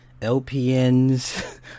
LPNs